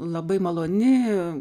labai maloni